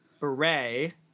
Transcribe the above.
beret